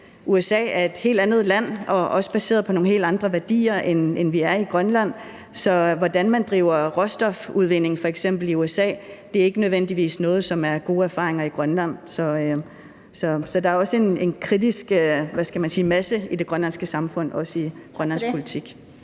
USA er et helt andet land, som er baseret på nogle helt andre værdier, end vi er i Grønland, så den måde, man f.eks. driver råstofudvinding på i USA, er ikke nødvendigvis noget, som vil fungere godt i Grønland. Så der er også en kritisk masse i det grønlandske samfund og i grønlandsk politik.